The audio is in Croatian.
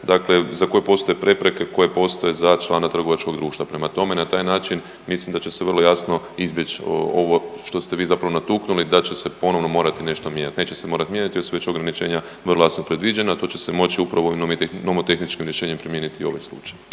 dakle za koju postoje prepreke koje postoje za člana trgovačkog društva. Prema tome na taj način mislim da će se vrlo jasno izbjeći ovo što ste vi zapravo natuknuli da će se ponovno nešto mijenjati. Neće se morati mijenjati jer su već ograničenja …/Govornik se ne razumije./… su predviđena to će se moći upravo nomotehičkih rješenjem primijeniti i ovaj slučaj.